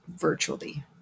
virtually